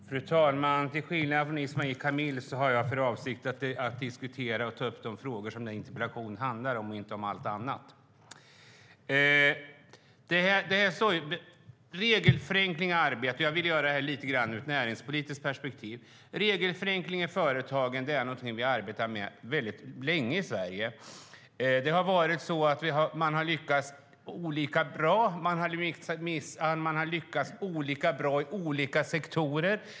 Fru talman! Till skillnad från Ismail Kamil har jag för avsikt att ta upp de frågor som interpellationen handlar om, inte allt annat. Jag vill göra detta ur ett näringspolitiskt perspektiv. Regelförenkling i företagen är något vi har arbetat med länge i Sverige. Man har lyckats olika bra inom olika sektorer.